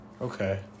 Okay